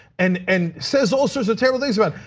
and and says all sorts of terrible things about.